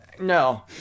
No